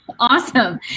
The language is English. Awesome